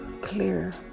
clear